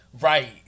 Right